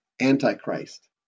antichrist